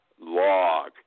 log